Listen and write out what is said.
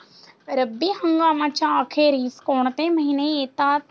रब्बी हंगामाच्या अखेरीस कोणते महिने येतात?